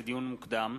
לדיון מוקדם,